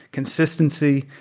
consistency,